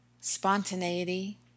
spontaneity